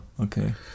okay